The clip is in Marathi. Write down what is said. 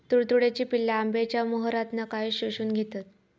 तुडतुड्याची पिल्ला आंब्याच्या मोहरातना काय शोशून घेतत?